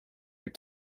your